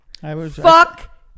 Fuck